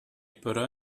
пора